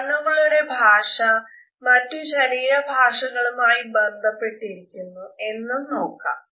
കണ്ണുകളുടെ ഭാഷ മറ്റു ശരീര ഭാഷകളുമായി ബന്ധപ്പെട്ടിരിക്കുന്നു എന്ന് നോക്കാം